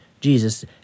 Jesus